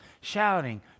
Shouting